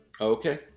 okay